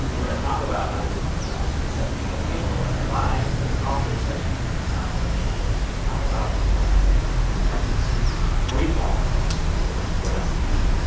we're going to talk about how this is um is touching real people and their lives, but it's also touching the economy this virus is. talk about what's going on there. we've seen the markets freefall almost this week. but, like, what else is happening?